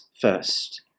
first